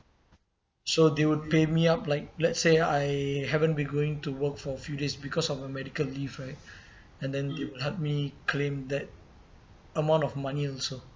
so they would pay me up like let's say I haven't been going to work for a few days because of a medical leave right and then they will help me claim that amount of money also